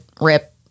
rip